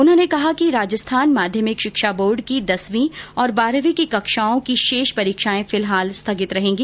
उन्होंने कहा कि राजस्थान माध्यमिक शिक्षा बोर्ड की दसवीं और बारहवीं कक्षाओं की शेष परीक्षाएं फिलहाल स्थगित रहेंगी